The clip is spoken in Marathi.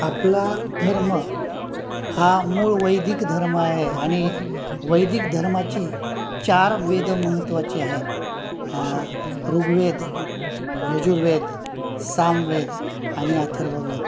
आपला धर्म हा मूळ वैदिक धर्म आहे आणि वैदिक धर्माची चार वेद महत्त्वाचे आहेत ऋगवेद यजुर्वेद सामवेद आणि अथर्व वेद